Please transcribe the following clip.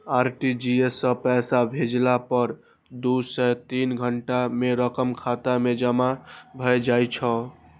RTGS सं पैसा भेजला पर दू सं तीन घंटा मे रकम खाता मे जमा भए जाइ छै